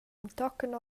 entochen